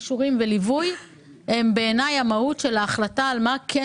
כישורים וליווי הם המהות של ההחלטה מה כן